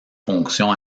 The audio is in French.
fonctions